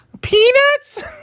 peanuts